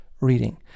reading